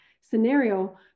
scenario